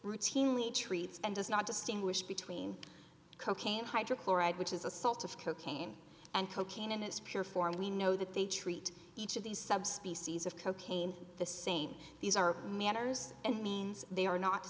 routinely treats and does not distinguish between cocaine hydrochloride which is assault of cocaine and cocaine in its pure form we know that they treat each of these subspecies of cocaine the same these are manners and means they are not